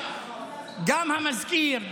גם המזכיר,